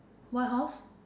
what house